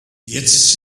jetzt